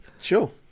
Sure